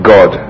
God